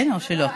כן, או שלא?